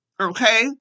Okay